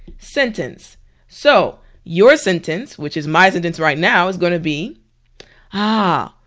sentence so your sentence which is my sentence right now is gonna be ah,